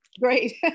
Great